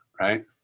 right